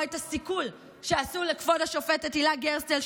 את הסיכול שעשו לכבוד השופטת הילה גרסטל,